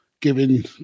giving